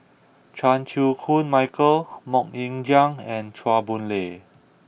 Chan Chew Koon Michael Mok Ying Jang and Chua Boon Lay